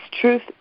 truth